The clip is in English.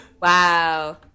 Wow